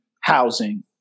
housing